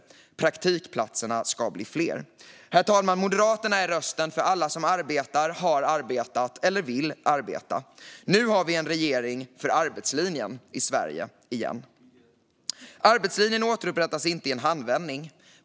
Praktikplatserna ska bli fler. Herr talman! Moderaterna är rösten för alla som arbetar, har arbetat eller vill arbeta. Nu har vi en regering för arbetslinjen i Sverige igen. Arbetslinjen återupprättas inte i en handvändning.